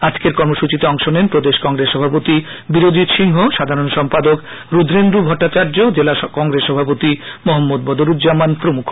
আজকের কর্মসূচিতে অংশ নেন প্রদেশ কংগ্রেস সভাপতি বীরজিৎ সিংহ সাধারণ সম্পাদক রুদ্রেন্দু ভট্টাচার্য জেলা কংগ্রেস সভাপতি মো বদরুজ্জামান প্রমুখ